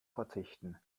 verzichten